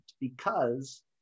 because-